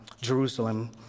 Jerusalem